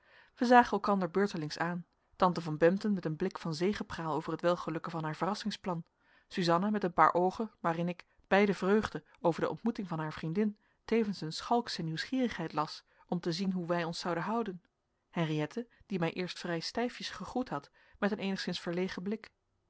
wij zagen elkander beurtelings aan tante van bempden met een blik van zegepraal over het welgelukken van haar verrassingsplan suzanna met een paar oogen waarin ik bij de vreugde over de ontmoeting van haar vriendin tevens een schalksche nieuwsgierigheid las om te zien hoe wij ons zouden houden henriëtte die mij eerst vrij stijfjes gegroet had met een eenigszins verlegen blik